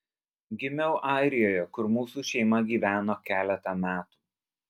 gimiau airijoje kur mūsų šeima gyveno keletą metų